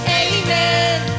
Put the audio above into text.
amen